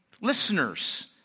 listeners